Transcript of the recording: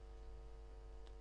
מאיגוד א.מ.א שהוקם הרבה לפני